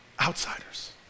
outsiders